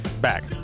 Back